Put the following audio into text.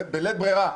זה בלית ברירה,